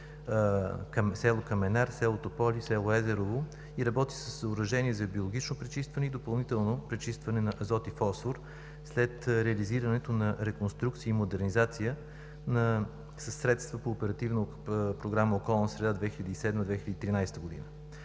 село Каменар, село Тополи, село Езерово и работи със съоръжения за биологично пречистване и допълнително пречистване на азот и фосфор, след реализирането на реконструкция и модернизация със средства по Оперативна програма